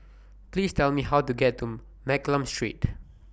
Please Tell Me How to get to Mccallum Street